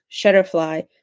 Shutterfly